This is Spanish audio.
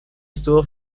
estuvo